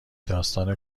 داستان